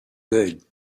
good